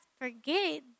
forget